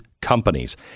companies